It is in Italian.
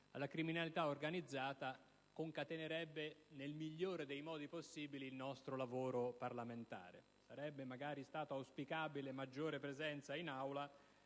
alla criminalità organizzata, concatenerebbe nel migliore dei modi possibili il nostro lavoro parlamentare. Sarebbe stata magari auspicabile una maggiore presenza in Aula